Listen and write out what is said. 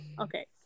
Okay